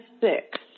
six